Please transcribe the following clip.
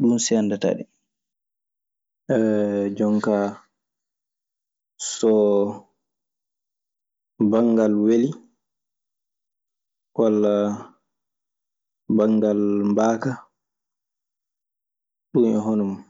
Ɗun seerndata en. Jonkaa so banngal weli walla banngal mbaaka. Ɗunn e hono mun.